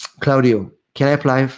caudio, can i apply,